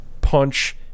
punch